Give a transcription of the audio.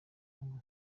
cyangwa